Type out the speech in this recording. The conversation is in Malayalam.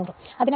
അതിനാൽ 0